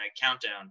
countdown